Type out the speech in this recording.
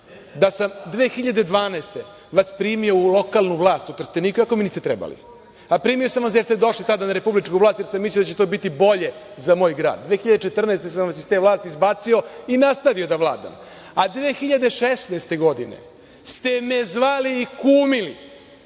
sam vas 2012. godine vas primio u lokalnu vlast u Trsteniku, iako mi niste trebali. Primio sam vas jer ste došli tada na republičku vlast, jer sam mislio da će to biti bolje za moj grad. Godine 2014. sam vas iz te vlasti izbacio i nastavio da vladam, a 2016. godine ste me zvali i kumili,